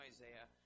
Isaiah